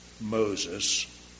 Moses